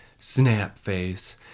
Snapface